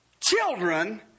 children